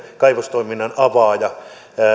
kaivostoiminnan avaaja